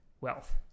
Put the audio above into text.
wealth